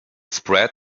spread